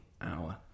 hour